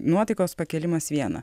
nuotaikos pakilimas viena